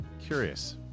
Curious